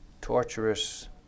torturous